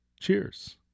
Cheers